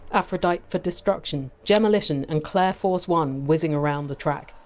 aphrodite for destruction, jemolition and claire force one whizzing around the track.